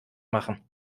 machen